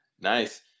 nice